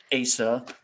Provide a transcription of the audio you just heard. Asa